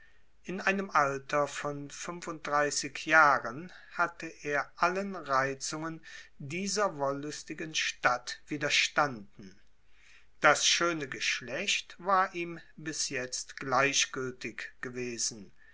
in einem alter von fünfunddreißig jahren hatte er allen reizungen dieser wollüstigen stadt widerstanden das schöne geschlecht war ihm bis jetzt gleichgültig gewesen